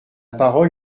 parole